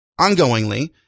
ongoingly